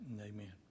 Amen